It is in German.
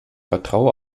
vertraue